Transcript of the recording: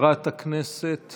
חברת הכנסת